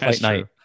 Night